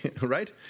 right